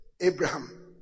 Abraham